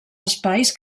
espais